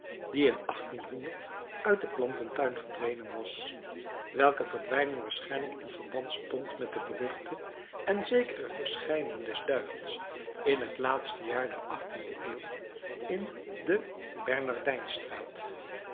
die in uit den plantentuin verdwenen was welke verdwijning waarschijnlijk in verband stond met de beruchte en zekere verschijning des duivels in het laatste jaar der achttiende eeuw in de bernardijnsstraat